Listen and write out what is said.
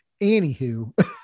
Anywho